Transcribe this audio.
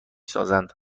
سازند